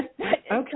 okay